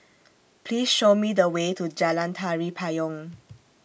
Please Show Me The Way to Jalan Tari Payong